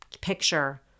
picture